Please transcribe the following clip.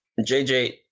JJ